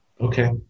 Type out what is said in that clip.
okay